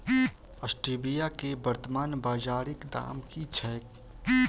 Stevia केँ वर्तमान बाजारीक दाम की छैक?